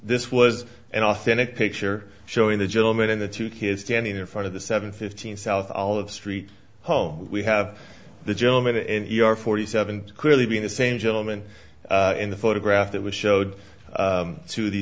this was an authentic picture showing the gentleman and the two kids standing in front of the seven fifteen south all of the street home we have the gentleman and your forty seven clearly being the same gentleman in the photograph that was showed to the